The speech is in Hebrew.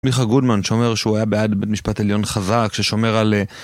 מיכה גודמן שאומר שהוא היה בעד בית משפט עליון חזק ששומר על